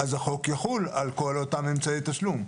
אז החוק יחול על כל אותם אמצעי התשלום.